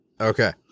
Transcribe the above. Okay